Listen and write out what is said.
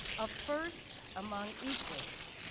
a first among equals,